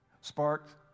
Sparked